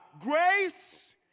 grace